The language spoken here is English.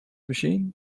machine